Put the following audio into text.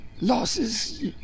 losses